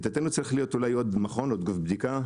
לדעתנו צריך להיות אולי עוד מכון, עוד בדיקה,